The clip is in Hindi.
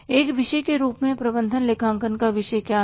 एक विषय के रूप में प्रबंधन लेखांकन का विषय क्या है